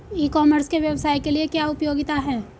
ई commerce के व्यवसाय के लिए क्या उपयोगिता है?